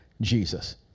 Jesus